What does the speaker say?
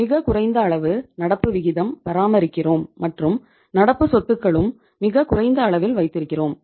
மிக குறைந்த அளவு நடப்பு விகிதம் பராமரிக்கிறோம் மற்றும் நடப்பு சொத்துக்களும் மிக குறைந்த அளவில் வைத்திருக்கிறோம்